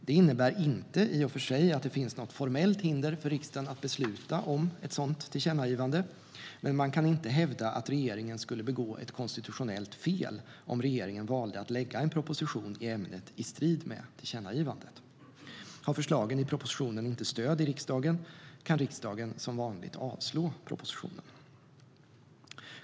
Det innebär i och för sig inte att det finns något formellt hinder för riksdagen att besluta om ett sådant tillkännagivande, men man kan inte hävda att regeringen skulle begå ett konstitutionellt fel om regeringen valde att lägga en proposition i ämnet, i strid med tillkännagivandet. Har förslagen i propositionen inte stöd i riksdagen kan riksdagen som vanligt avslå propositionen.